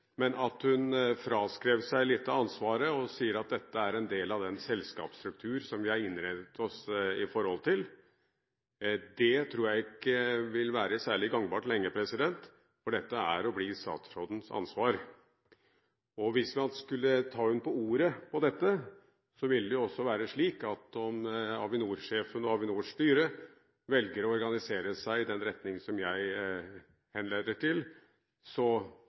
at hun fraskriver seg litt av ansvaret, og sier at dette er en del av den selskapsstrukturen som vi har innrettet oss med. Det tror jeg ikke vil være særlig gangbart lenge, for dette er og blir statsrådens ansvar. Hvis man skulle ta statsråden på ordet, ville det også være slik at om Avinor-sjefen og Avinors styre velger å organisere seg i den retning som jeg henleder til, så